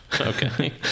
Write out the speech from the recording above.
Okay